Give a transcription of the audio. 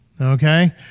Okay